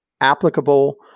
applicable